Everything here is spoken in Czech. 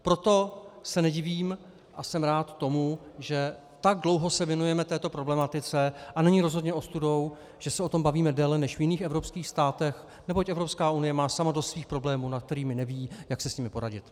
Proto se nedivím a jsem rád tomu, že tak dlouho se věnujeme této problematice, a není rozhodně ostudou, že se o tom bavíme déle než v jiných evropských státech, neboť Evropská unie má sama dost svých problémů, o kterých neví, jak si s nimi poradit.